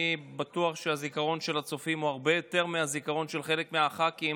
אני בטוח שהזיכרון של הצופים הוא הרבה יותר מהזיכרון של חלק מהח"כים